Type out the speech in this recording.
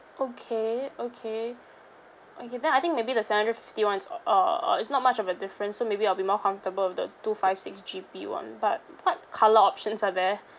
okay okay okay then I think maybe the seven hundred fifty [one] is uh uh uh is not much of a difference so maybe I'll be more comfortable with the two five six G_B [one] but what colour options are there